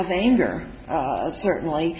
of anger certainly